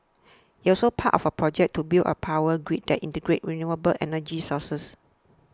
it also part of a project to build a power grid that integrates renewable energy sources